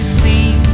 see